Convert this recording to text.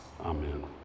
Amen